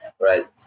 right